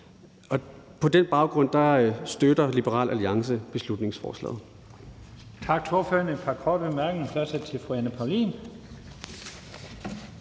På den baggrund støtter Liberal Alliance beslutningsforslaget.